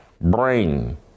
brain